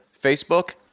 Facebook